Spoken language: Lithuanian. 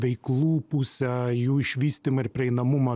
veiklų pusę jų išvystymą ir prieinamumą